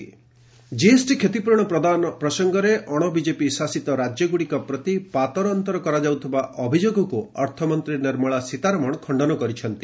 GST compensation GST କ୍ଷତିପୂରଣ ପ୍ରଦାନ ପ୍ରସଙ୍ଗରେ ଅଣବିଜେପି ଶାସିତ ରାଜ୍ୟଗୁଡ଼ିକ ପ୍ରତି ପାତର ଅନ୍ତର କରାଯାଉଥିବା ଅଭିଯୋଗକୁ ଅର୍ଥମନ୍ତ୍ରୀ ନିର୍ମଳା ସୀତାରମଣ ଖଣ୍ଡନ କରିଛନ୍ତି